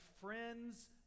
friends